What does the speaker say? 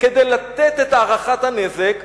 כדי לתת את הערכת הנזק,